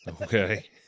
Okay